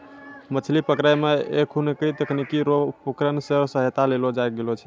मछली पकड़ै मे एखुनको तकनीकी रो भी उपकरण रो सहायता लेलो गेलो छै